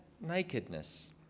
nakedness